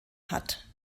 hat